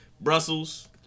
Brussels